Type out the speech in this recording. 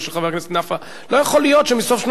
לא יכול להיות שמסוף שנות ה-70 אין תוכנית,